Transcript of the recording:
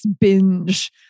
binge